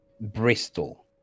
Bristol